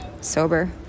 sober